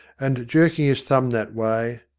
and, jerking his thumb that way,